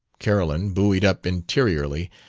carolyn, buoyed up interiorly,